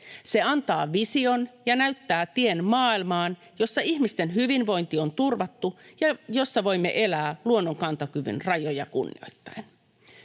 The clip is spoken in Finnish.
Se antaa vision ja näyttää tien maailmaan, jossa ihmisten hyvinvointi on turvattu ja jossa voimme elää luonnon kantokyvyn rajoja kunnioittaen.